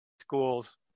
schools